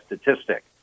statistic